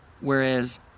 whereas